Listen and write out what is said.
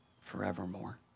Forevermore